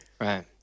right